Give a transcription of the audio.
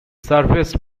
serviced